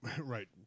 right